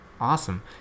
Awesome